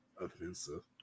offensive